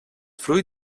fruit